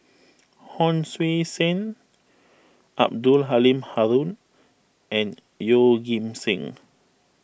Hon Sui Sen Abdul Halim Haron and Yeoh Ghim Seng